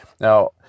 Now